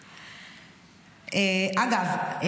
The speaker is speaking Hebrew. אגב,